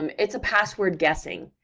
um it's a password guessing.